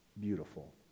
beautiful